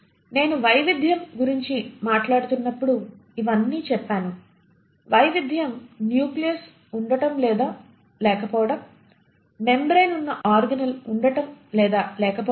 నేను వైవిధ్యం గురించి మాట్లాడుతున్నప్పుడు ఇవన్నీ చెప్పాను వైవిధ్యం న్యూక్లియస్ ఉండటం లేదా లేకపోవడం మెంబ్రేన్ ఉన్న ఆర్గనేల్ ఉండటం లేదా లేకపోవటం